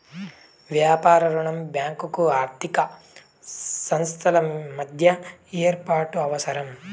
వ్యాపార రుణం బ్యాంకు ఆర్థిక సంస్థల మధ్య ఏర్పాటు అవసరం